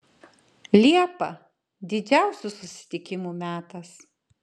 liepa didžiausių susitikimų metas